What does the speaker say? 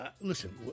Listen